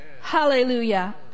Hallelujah